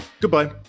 goodbye